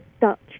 dutch